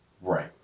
Right